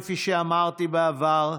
כפי שאמרתי בעבר,